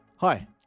Hi